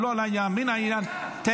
לעניין, לא לעניין, מן העניין --- זה לעניין.